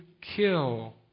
kill